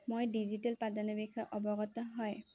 মই ডিজিটেল পাঠদানৰ বিষয়ে অৱগত হয়